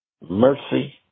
mercy